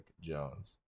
Jones